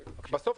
בסוף,